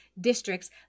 districts